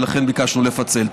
ביקשנו לפצל.